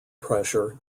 pressure